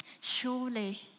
Surely